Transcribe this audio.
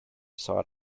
sought